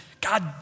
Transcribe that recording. God